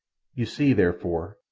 you see, therefore,